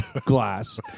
glass